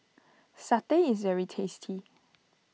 Satay is very tasty